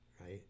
Right